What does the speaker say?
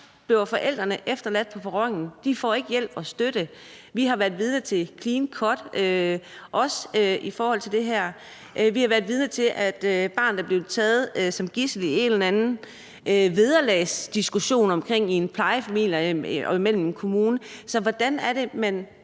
bliver forældrene efterladt på perronen. De får ikke hjælp og støtte. Vi har været vidne til et clean cut også i forhold til det her, og vi har været vidne til, at barnet er blevet taget som gidsel i en eller anden vederlagsdiskussion mellem en plejefamilie og en kommune. Så hvordan er det, man